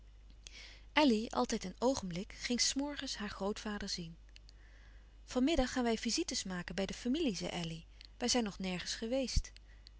elly altijd een oogenblik ging s morgens haar grootvader zien van middag gaan wij visites maken bij de familie zei elly wij zijn nog nergens geweest